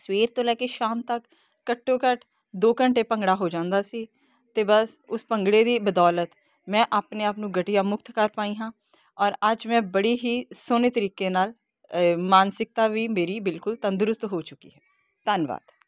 ਸਵੇਰ ਤੋਂ ਲੈ ਕੇ ਸ਼ਾਮ ਤੱਕ ਘੱਟੋ ਘੱਟ ਦੋ ਘੰਟੇ ਭੰਗੜਾ ਹੋ ਜਾਂਦਾ ਸੀ ਅਤੇ ਬਸ ਉਸ ਭੰਗੜੇ ਦੀ ਬਦੌਲਤ ਮੈਂ ਆਪਣੇ ਆਪ ਨੂੰ ਗਠੀਆ ਮੁਕਤ ਕਰ ਪਾਈ ਹਾਂ ਔਰ ਅੱਜ ਮੈਂ ਬੜੇ ਹੀ ਸੋਹਣੇ ਤਰੀਕੇ ਨਾਲ ਮਾਨਸਿਕਤਾ ਵੀ ਮੇਰੀ ਬਿਲਕੁਲ ਤੰਦਰੁਸਤ ਹੋ ਚੁੱਕੀ ਹੈ ਧੰਨਵਾਦ